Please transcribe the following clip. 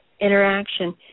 interaction